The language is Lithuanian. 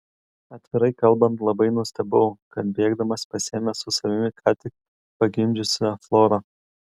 atvirai kalbant labai nustebau kad bėgdamas pasiėmė su savimi ką tik pagimdžiusią florą